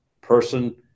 person